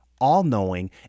all-knowing